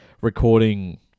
recording